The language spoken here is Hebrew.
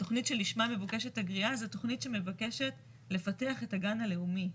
התכנית שלשמה מבוקשת הגריעה היא תכנית שמבקשת לפתח את הגן הלאומי.